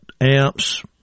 amps